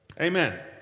Amen